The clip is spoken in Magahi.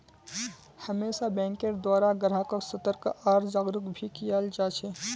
हमेशा बैंकेर द्वारा ग्राहक्क सतर्क आर जागरूक भी कियाल जा छे